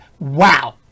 Wow